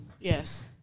Yes